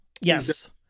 Yes